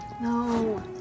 No